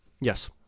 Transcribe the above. Yes